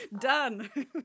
Done